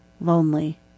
lonely